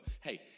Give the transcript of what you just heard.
hey